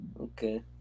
okay